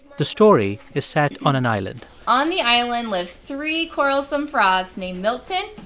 the story is set on an island on the island lived three quarrelsome frogs named milton,